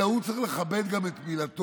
אלא הוא צריך לכבד גם את מילתו.